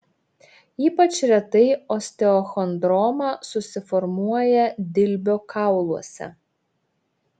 ypač retai osteochondroma susiformuoja dilbio kauluose